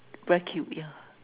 very cute yeah